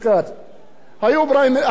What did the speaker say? אין לנו זמן עכשיו לדון בכל התולדות.